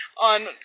On